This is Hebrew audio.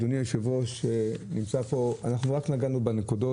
אדוני יושב-ראש הוועדה, אנחנו רק נגענו בנקודות.